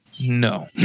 no